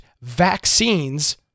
vaccines